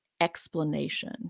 explanation